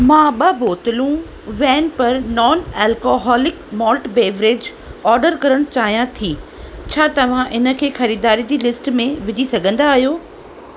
मां ॿ बोतलूं वैन पर non alcoholic malt beverage order करण चाहियां थी छा तव्हां इनखे ख़रीदारी जी लिस्ट में विझी सघंदा आहियो